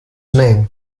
named